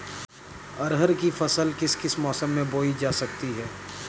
अरहर की फसल किस किस मौसम में बोई जा सकती है?